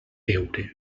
veure